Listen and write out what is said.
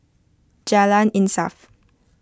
Jalan Insaf